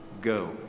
go